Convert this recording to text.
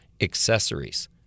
accessories